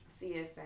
CSA